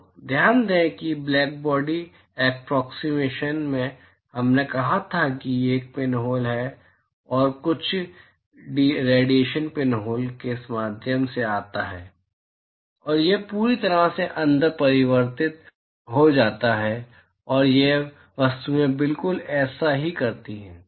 तो ध्यान दें कि ब्लैकबॉडी एप्रोक्सिमेशन में हमने कहा था कि एक पिनहोल है और कुछ डिएशन पिनहोल के माध्यम से आता है और यह पूरी तरह से अंदर परावर्तित हो जाता है और ये वस्तुएं बिल्कुल ऐसा ही करती हैं